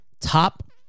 Top